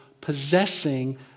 possessing